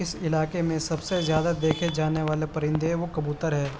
اس علاقے میں سب سے زیادہ دیکھے جانے والے پرندے وہ کبوتر ہے